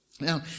Now